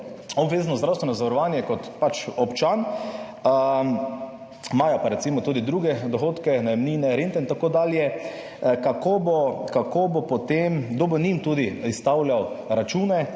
obvezno zdravstveno zavarovanje kot občani, imajo pa recimo tudi druge dohodke, najemnine, rente in tako dalje, kako bo potem, kdo bo njim tudi izstavljal račune,